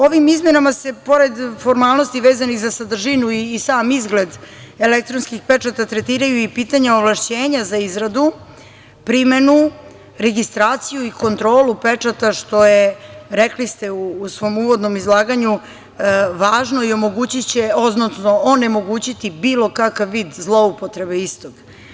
Ovim izmenama se, pored formalnosti vezanih za sadržinu i sam izgled elektronskih pečata, tretiraju i pitanja ovlašćenja za izradu, primenu, registraciju i kontrolu pečata, što je, rekli ste u svom uvodnom izlaganju, važno i onemogućiće bilo kakav vid zloupotrebe istog.